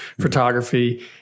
photography